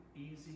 easy